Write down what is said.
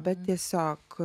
bet tiesiog